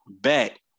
back